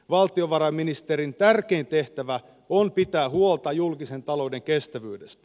valtiovarainministerin tärkein tehtävä on pitää huolta julkisen talouden kestävyydestä